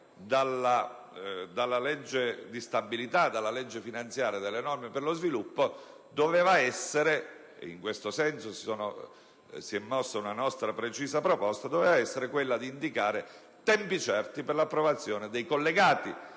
dalla legge di stabilità e dalla legge finanziaria delle norme per lo sviluppo doveva essere infatti - e in questo senso si è mossa una nostra precisa proposta - l'indicazione di tempi certi per l'approvazione dei disegni